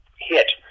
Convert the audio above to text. hit